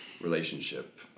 relationship